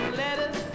letters